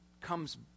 comes